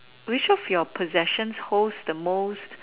which of your possessions holds the most